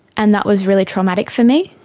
and that was really traumatic for me.